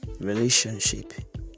relationship